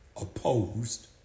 opposed